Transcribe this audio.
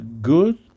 good